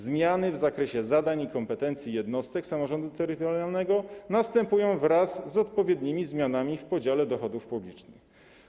Zmiany w zakresie zadań i kompetencji jednostek samorządu terytorialnego następują wraz z odpowiednimi zmianami w podziale dochodów publicznych.